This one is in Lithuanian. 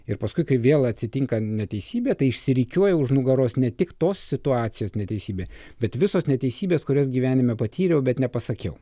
ir paskui kai vėl atsitinka neteisybė tai išsirikiuoja už nugaros ne tik tos situacijos neteisybė bet visos neteisybės kurias gyvenime patyriau bet nepasakiau